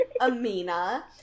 Amina